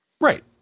Right